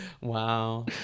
Wow